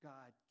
God